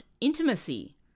intimacy